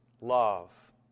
love